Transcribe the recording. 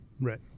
Right